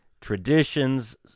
traditions